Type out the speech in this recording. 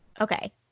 Okay